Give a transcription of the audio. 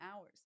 hours